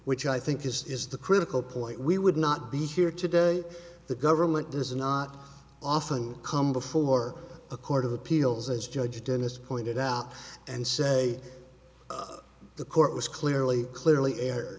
which i think is the critical point we would not be here today the government does not often come before a court of appeals as judge dennis pointed out and say the court was clearly clearly